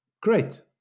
Great